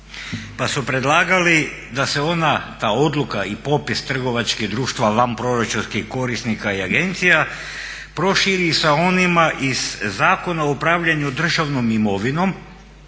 pa su predlagali da se ona, ta odluka i popis trgovačkih društava vanproračunskih korisnika i agencija proširi sa onima iz Zakona o upravljanju državnom imovinom